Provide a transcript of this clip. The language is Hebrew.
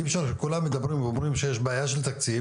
כולם מדברים ואומרים שיש בעיה של תקציב